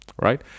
Right